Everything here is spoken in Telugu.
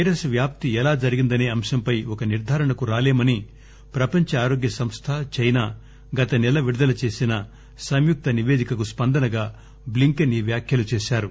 పైరస్ వ్యాప్తి ఎలా జరిగిందసే అంశంపై ఒక నిర్దారణకు రాలేమని ప్రపంచ ఆరోగ్య సంస్థ చైనా గత నెల విడుదల చేసిన సంయుక్త నివేదికకు స్సందనగా బ్లింకెన్ ఈ వ్యాఖ్యలు చేశారు